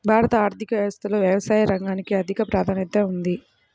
భారత ఆర్థిక వ్యవస్థలో వ్యవసాయ రంగానికి అధిక ప్రాధాన్యం ఉంది